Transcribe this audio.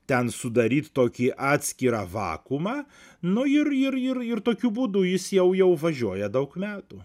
ten sudaryt tokį atskirą vakuumą nu ir ir ir ir tokiu būdu jis jau važiuoja daug metų